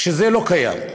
וזה לא קיים.